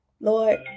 Lord